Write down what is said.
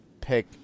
pick